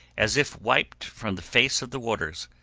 as if wiped from the face of the waters,